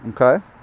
okay